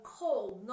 cold